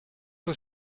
was